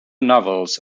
novels